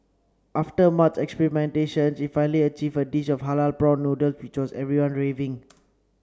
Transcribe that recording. after much experimentation she finally achieved a dish of halal prawn noodles which has everyone raving